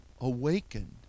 awakened